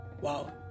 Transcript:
Wow